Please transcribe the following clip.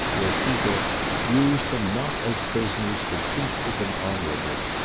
where peter used them not as prisoners, but feasted them honorably.